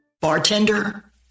Bartender